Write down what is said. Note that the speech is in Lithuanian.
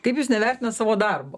kaip jūs nevertinat savo darbo